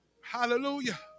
Hallelujah